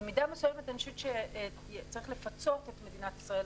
במידה מסוימת אני חושבת שצריך לפצות את מדינת ישראל,